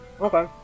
Okay